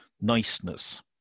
niceness